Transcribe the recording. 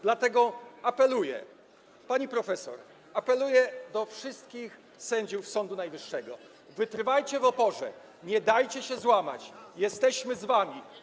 Dlatego apeluję, pani profesor, apeluję do wszystkich sędziów Sądu Najwyższego: wytrwajcie w oporze, nie dajcie się złamać, jesteśmy z wami.